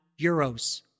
euros